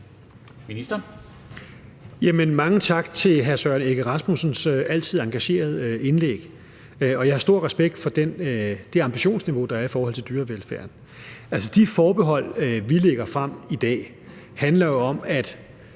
Mange tak for hr. Søren Egge Rasmussens altid engagerede indlæg. Jeg har stor respekt for det ambitionsniveau, der er i forhold til dyrevelfærden. De forbehold, vi lægger frem i dag, handler jo om, at